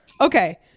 Okay